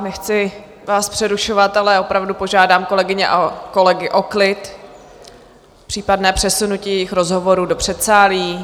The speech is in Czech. Nechci vás přerušovat, ale opravdu požádám kolegyně a kolegy o klid, případné přesunutí jejich rozhovorů do předsálí.